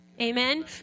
Amen